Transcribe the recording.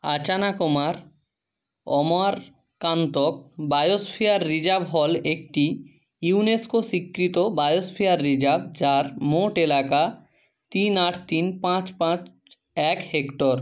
Achanakmar Amarkantak biosphere reserve হল একটি UNESCO স্বীকৃত বায়োস্ফিয়ার রিজার্ভ যার মোট এলাকা তিন আট তিন পাঁচ পাঁচ এক হেক্টর